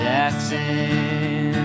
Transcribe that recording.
Jackson